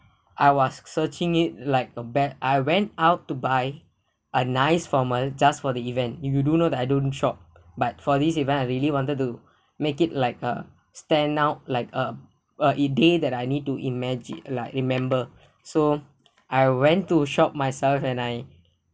I was searching it like a bad I went out to buy a nice formal just for the event you you do know that I don't shop but for this event I really wanted to make it like a stand out like a a day that I need to imagine like remember so I went to shop myself and I